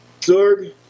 Zorg